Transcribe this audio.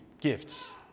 gifts